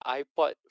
iPod